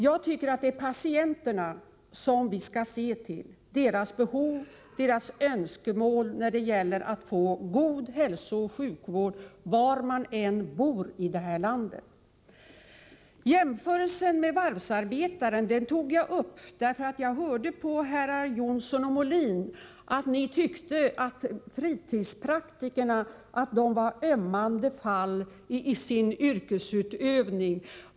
Jag tycker att vi skall se till patienternas behov och önskemål när det gäller att få god hälsooch sjukvård var man än bor i det här landet. Jämförelsen med varvsarbetaren tog jag upp bara för att jag hörde på herrar Jonsson och Molin att ni tyckte att fritidspraktikerna var ömmande fall när det gäller yrkesutövningen.